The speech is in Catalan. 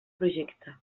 projecte